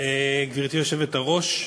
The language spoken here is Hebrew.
גברתי היושבת-ראש,